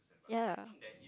ya